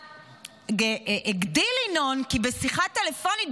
הגדיל ינון בשיחה טלפונית,